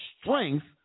strength